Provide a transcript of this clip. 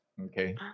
Okay